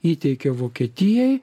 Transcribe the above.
įteikė vokietijai